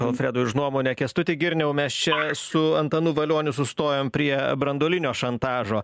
alfredui už nuomonę kęstuti girniau mes čia su antanu valioniu sustojom prie branduolinio šantažo